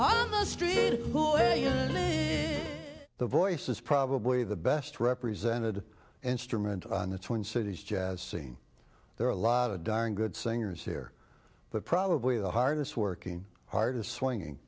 is the voice is probably the best represented instrument on the twin cities jazz scene there are a lot of darn good singers here but probably the hardest working hard to swing